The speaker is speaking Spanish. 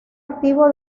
activo